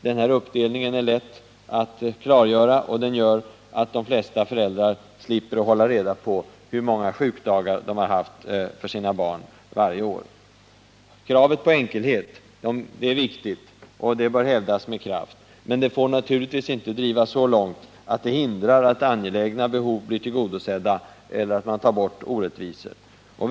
Den här uppdelningen är lätt att klargöra och gör att de flesta föräldrar slipper hålla reda på hur många sjukdagar de haft för sina barn varje år. Kravet på en enkelhet är viktigt och det bör hävdas med kraft. Det får dock inte drivas så långt att det hindrar att angelägna behov blir tillgodosedda eller att orättvisor tas bort.